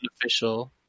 official